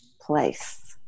place